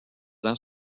ans